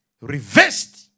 reversed